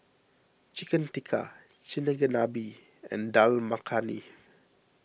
Chicken Tikka and Dal Makhani